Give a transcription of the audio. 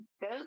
go